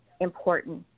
important